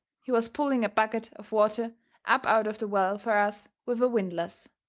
he was pulling a bucket of water up out of the well fur us with a windlass.